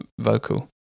vocal